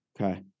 Okay